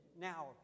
now